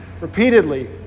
repeatedly